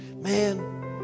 Man